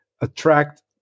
attract